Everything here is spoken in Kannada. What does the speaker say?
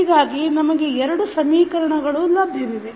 ಹೀಗಾಗಿ ನಮಗೆ ಎರಡು ಸಮೀಕರಣಗಳು ಲಭ್ಯವಿವೆ